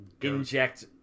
inject